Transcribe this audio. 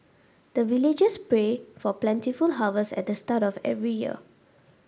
the villagers pray for plentiful harvest at the start of every year